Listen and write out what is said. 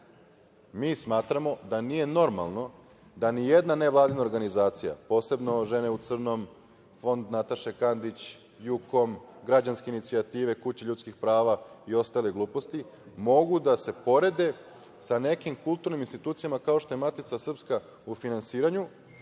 smatramo da nije normalno da NVO, posebno „Žene u crnom“, Fond Nataše Kandić, „Jukom“, građanske inicijative, kuće ljudskih prava i ostale gluposti, mogu da se porede sa nekim kulturnim institucijama, kao što je Matica srpska u finansiranju